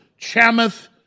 Chamath